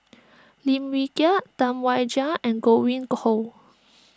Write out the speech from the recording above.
Lim Wee Kiak Tam Wai Jia and Godwin Koay